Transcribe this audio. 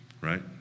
right